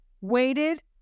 waited